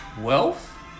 Wealth